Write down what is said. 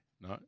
No